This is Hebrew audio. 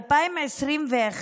ב-2021